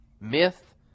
myth